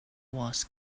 wars